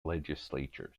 legislatures